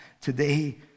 today